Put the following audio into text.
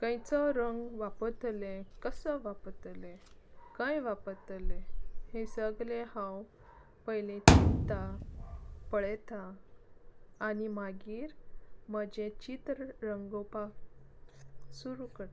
खंयचो रंग वापरतलें कसो वापरतलें खंय वापरतलें हें सगळें हांव पयलें चित्तां पळयतां आनी मागीर म्हजें चित्र रंगोवपाक सुरू करतां